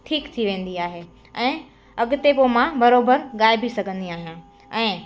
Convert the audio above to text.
ठीक थी वेंदी आहे ऐं अॻिते पोइ मां बराबरि ॻाए बि सघंदी आहियां ऐं